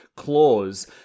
clause